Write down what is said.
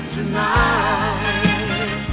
Tonight